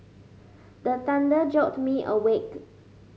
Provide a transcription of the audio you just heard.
the thunder jolt me awake